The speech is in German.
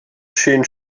schön